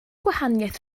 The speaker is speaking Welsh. gwahaniaeth